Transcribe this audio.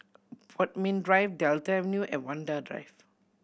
Bodmin Drive Delta Avenue and Vanda Drive